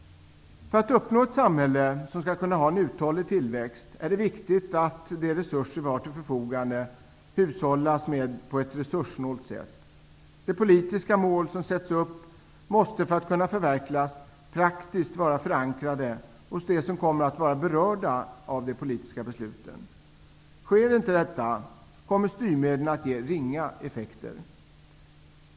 För att få ett samhälle med en uthållig tillväxt, är det viktigt att de resurser som finns till förfogande används på ett resurssnålt sätt. De politiska mål som sätts upp måste, för att kunna förverkligas, vara praktiskt förankrade hos dem som kommer att vara berörda av de politiska besluten. Sker inte detta kommer styrmedlen att ge ringa effekter.